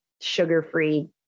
sugar-free